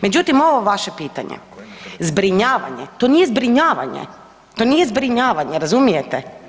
Međutim, ovo vaše pitanje zbrinjavanje, to nije zbrinjavanje, to nije zbrinjavanje, razumijete?